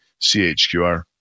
CHQR